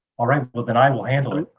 all right. well then, i will handle it.